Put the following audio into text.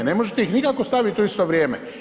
Ne možete ih nikako staviti u isto vrijeme.